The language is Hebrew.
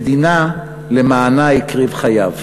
המדינה שלמענה הקריב את חייו.